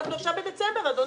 אנחנו עכשיו בדצמבר, אדוני.